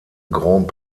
grand